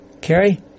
Carrie